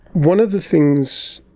one of the things,